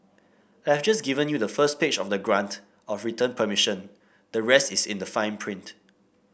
I have just given you the first page of the grant of return permission the rest is in the fine print